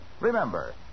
Remember